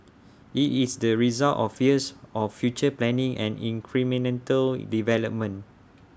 IT is the result of years of future planning and development